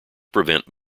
prevent